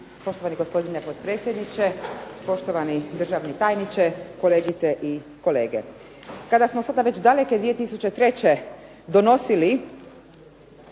Poštovani gospodine potpredsjedniče, poštovani državni tajniče, kolegice i kolege. Kada smo sada već daleke 2003. donosili